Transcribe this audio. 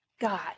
God